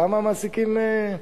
למה המעסיקים,